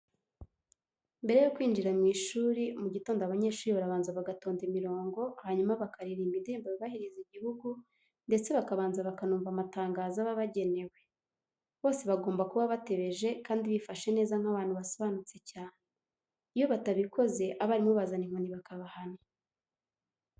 Mbere yo kwinjira mu ishuri mu gitondo abanyeshuri barabanza bagatonda imirongo hanyuma bakaririmba indirimbo yubahiriza igihugu ndetse bakabanza bakanumva amatangazo aba abagenewe. Bose bagomba kuba batebeje kandi bifashe neza nk'abantu basobanutse cyane. Iyo batabikoze abarimu bazana inkoni bakabahana.